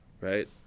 Right